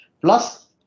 Plus